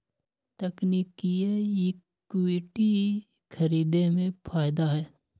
तकनिकिये इक्विटी खरीदे में फायदा हए